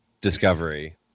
Discovery